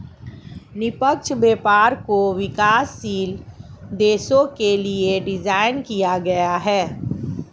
निष्पक्ष व्यापार को विकासशील देशों के लिये डिजाइन किया गया है